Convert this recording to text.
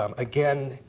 um again,